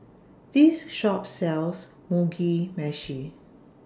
This Shop sells Mugi Meshi